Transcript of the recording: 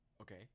Okay